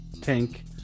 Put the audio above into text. tank